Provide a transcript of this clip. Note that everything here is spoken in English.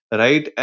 right